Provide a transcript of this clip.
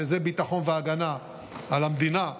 שזה ביטחון והגנה על המדינה,